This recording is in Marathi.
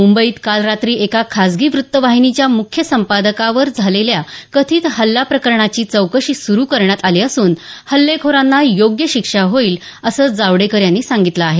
मुंबईत काल रात्री एका खासगी व्रत्तवाहिनीच्या मुख्य संपादकावर झालेल्या कथित हल्ला प्रकरणाची चौकशी सुरू करण्यात आली असून हल्लेखोरांना योग्य शिक्षा होईल असं जावडेकर यांनी सांगितलं आहे